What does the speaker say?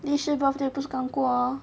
lishi birthday 不是刚过 lor